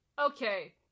okay